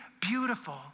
Beautiful